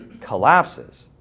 collapses